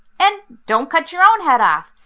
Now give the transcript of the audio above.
and don't cut your own head off!